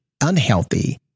unhealthy